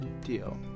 deal